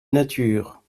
nature